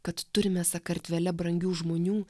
kad turime sakartvele brangių žmonių